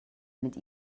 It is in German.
mit